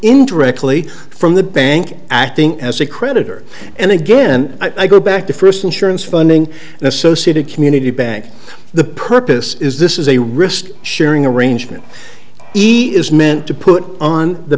indirectly from the bank acting as a creditor and again i go back to first insurance funding and associated community bank the purpose is this is a risk sharing arrangement easy is meant to put on the